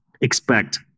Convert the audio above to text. expect